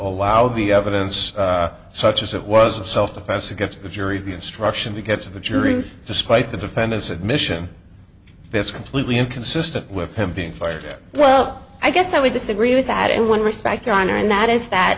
allow the evidence such as it was of self defense against the jury instruction because of the jury despite the defendant's admission that's completely inconsistent with him being fired well i guess i would disagree with that in one respect your honor and that is that